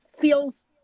feels